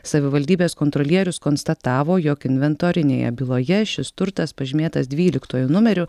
savivaldybės kontrolierius konstatavo jog inventorinėje byloje šis turtas pažymėtas dvyliktuoju numeriu